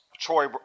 Troy